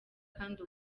kandi